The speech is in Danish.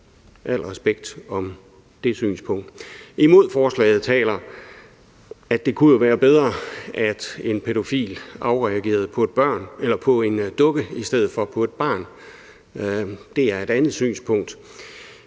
Al respekt for det synspunkt. Imod forslaget taler, at det jo kunne være bedre, at en pædofil afreagerede på en dukke i stedet for på et barn. Det er et andet synspunkt.